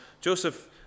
Joseph